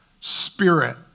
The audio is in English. spirit